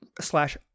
Slash